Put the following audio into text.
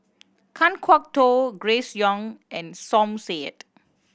Kan Kwok Toh Grace Young and Som Said